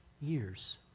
years